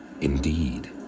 indeed